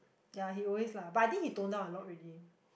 ya he always lah but I think he tone down a lot already